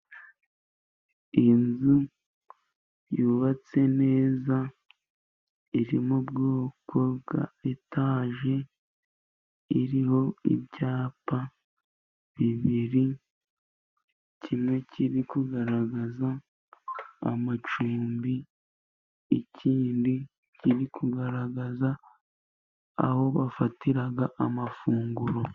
Iyi nzu yubatse neza iri mu bwoko bwa etage iriho ibyapa bibiri, kimwe kiri kugaragaza amacumbi, ikindi kiri kugaragaza aho bafatiraga amafunguro.